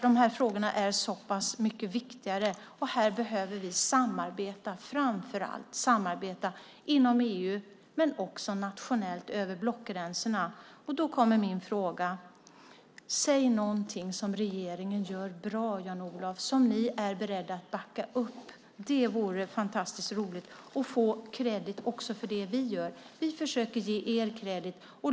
De här frågorna är mycket viktigare än så. Här behöver vi framför allt samarbeta inom EU men även nationellt över blockgränserna. Då kommer min fråga: Finns det någonting som regeringen gör bra, Jan-Olof, och som ni är beredda att backa upp? Det vore fantastiskt roligt att också få kredit för det vi gör. Vi försöker ge er kredit.